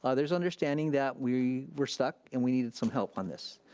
ah there's understanding that we were stuck and we needed some help on this.